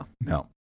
No